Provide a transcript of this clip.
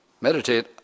Meditate